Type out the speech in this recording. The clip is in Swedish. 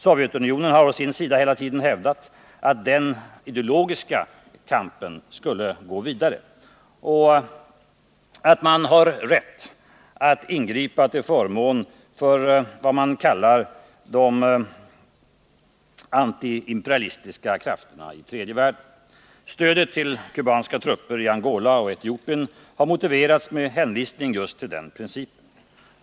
Sovjetunionen har å sin sida hela tiden hävdat att den ideologiska kampen skulle gå vidare och att man har rätt att ingripa till förmån för vad man kallar de antiimperialistiska krafterna i tredje världen. Stödet till kubanska trupper i Angola och Etiopien har motiverats med hänvisning just till denna princip.